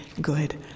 good